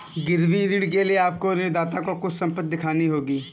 गिरवी ऋण के लिए आपको ऋणदाता को कुछ संपत्ति दिखानी होगी